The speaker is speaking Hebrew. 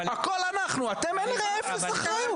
הכול אנחנו, אתם אפס אחריות.